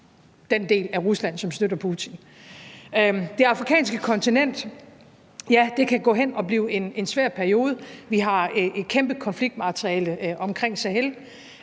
den del af Rusland, som støtter Putin, rigtig frygter. Det afrikanske kontinent, ja, det kan gå hen og blive en svær periode det. Vi har et kæmpe konfliktmateriale omkring Sahel,